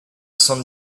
san